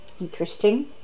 interesting